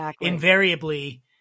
invariably